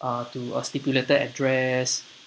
uh to a stipulated address